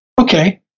Okay